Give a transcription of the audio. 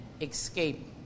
escape